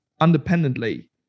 independently